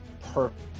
Perfect